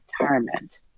Retirement